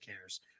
cares